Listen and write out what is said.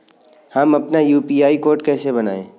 हम अपना UPI code कैसे बनाएँ?